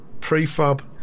prefab